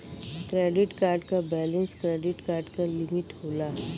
credit card क balance credit card क limit होला